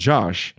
Josh